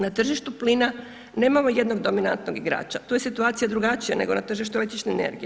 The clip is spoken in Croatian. Na tržištu plina nemamo jednog dominantnog igrača, tu je situacija drugačija nego na tržištu električne energije.